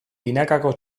binakako